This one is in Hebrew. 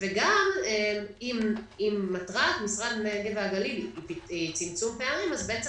וגם אם מטרת משרד הנגב והגליל היא צמצום פערים אז בעצם